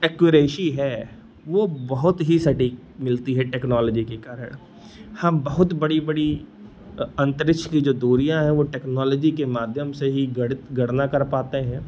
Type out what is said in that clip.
accuracy है वह बहुत ही सटीक मिलती है टेक्नोलॉजी के कारण हम बहुत बड़ी बड़ी अन्तरिक्ष की जो दूरियाँ हैं वह टेक्नोलॉजी के ही माध्यम से ही गणित गणना कर पाते हैं